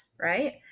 right